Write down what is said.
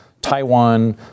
Taiwan